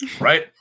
Right